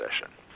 session